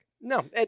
No